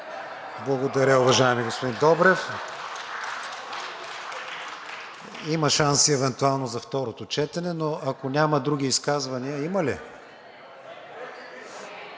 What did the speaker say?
Благодаря, уважаеми господин Добрев. Има шанс евентуално и за второто четене, но ако няма други изказвания. Има ли?